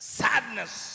sadness